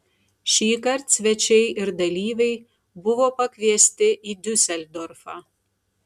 šįkart svečiai ir dalyviai buvo pakviesti į diuseldorfą